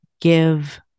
give